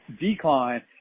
decline